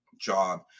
job